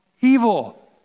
evil